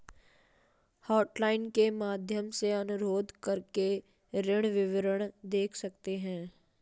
hotline के माध्यम से अनुरोध करके ऋण विवरण देख सकते है